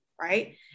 right